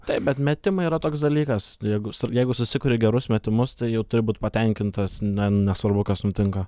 taip bet metimai yra toks dalykas jeigu jeigu susikuri gerus metimus tai jau turi būt patenkintas na nesvarbu kas nutinka